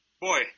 Boy